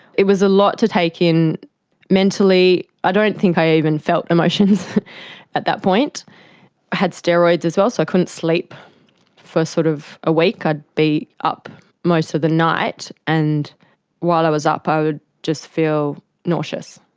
it was a lot to take in mentally. i don't think i i even felt emotions at that point. i had steroids as well, so i couldn't sleep for sort of a week, i'd be up most of the night. and while i was up i would just feel nauseous.